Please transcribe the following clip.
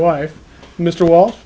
wife mr wall